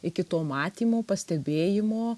iki to matymo pastebėjimo